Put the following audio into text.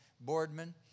Boardman